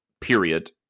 period